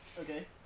okay